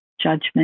judgment